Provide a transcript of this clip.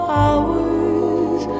hours